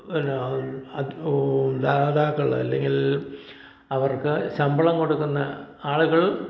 ദാതാക്കൾ അല്ലെങ്കിൽ അവർക്ക് ശമ്പളം കൊടുക്കുന്ന ആളുകൾ